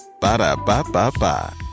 Ba-da-ba-ba-ba